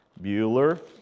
Bueller